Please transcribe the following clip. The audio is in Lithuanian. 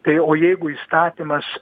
tai o jeigu įstatymas